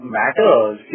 matters